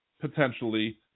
potentially